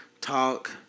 talk